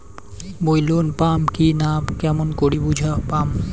মুই লোন পাম কি না কেমন করি বুঝা পাম?